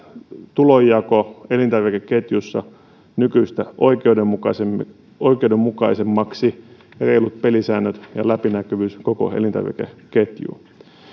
tulonjako elintarvikeketjussa nykyistä oikeudenmukaisemmaksi oikeudenmukaisemmaksi ja reilut pelisäännöt ja läpinäkyvyys koko elintarvikeketjuun